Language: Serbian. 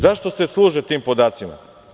Zašto se služe tim podacima?